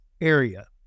area